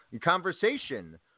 conversation